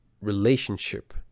relationship